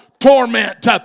torment